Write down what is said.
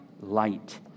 light